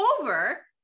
over